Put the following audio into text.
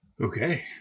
Okay